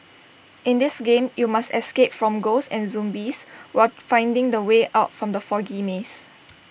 in this game you must escape from ghosts and zombies while finding the way out from the foggy maze